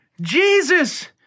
Jesus